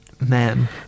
Man